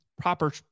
proper